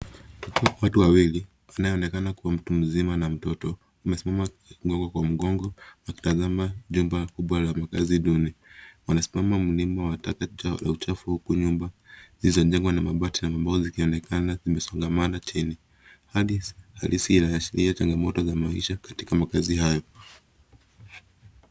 Watu wawili wanaonekana kuwa mtu mzima na mtoto umesimama kwa mgongo na kutazama nyumba kubwa la makazi duni, wanasimama mlima wa taka chafu huku nyumba zilizojengwa na mabati yanaonekana ziimesongamano chini, Hali halisi inaashiria changamoto za maisha katika makazi hayo.